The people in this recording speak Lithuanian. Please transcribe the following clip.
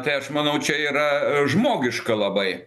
tai aš manau čia yra žmogiška labai